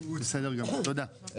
בסדר גמור, תודה.